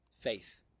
Faith